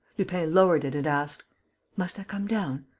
lupin lowered it and asked must i come down?